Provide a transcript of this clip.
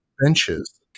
benches